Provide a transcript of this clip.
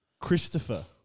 Christopher